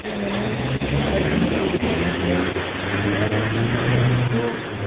तो मैंने बहुत सारी चुनौतियों का सामना किया और उसको